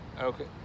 Okay